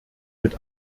mit